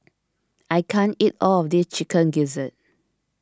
I can't eat all of this Chicken Gizzard